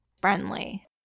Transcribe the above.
friendly